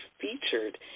featured